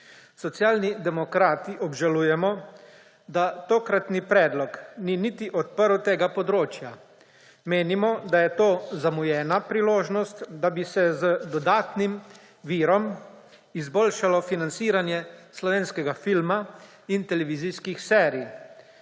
Socialni demokrati obžalujemo, da tokratni predlog ni niti odprl tega področja. Menimo, da je to zamujena priložnost, da bi se z dodatnim virom izboljšalo financiranje slovenskega filma in televizijskih serij.